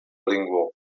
lingvo